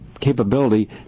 capability